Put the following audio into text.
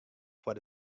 foar